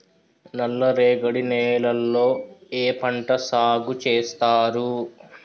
నల్లరేగడి నేలల్లో ఏ పంట సాగు చేస్తారు?